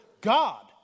God